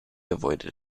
avoided